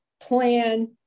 plan